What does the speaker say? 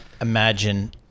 imagine